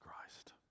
Christ